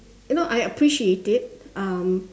you know I appreciate it um